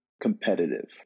competitive